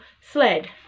sled